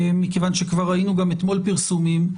מכיוון שכבר ראינו גם אתמול פרסומים,